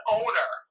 owner